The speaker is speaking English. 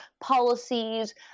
policies